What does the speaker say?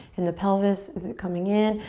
in the pelvis? is it coming in?